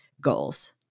goals